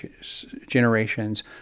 generations